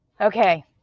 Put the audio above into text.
Okay